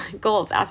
goals